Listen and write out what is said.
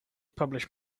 publish